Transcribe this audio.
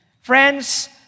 Friends